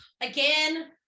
Again